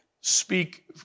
speak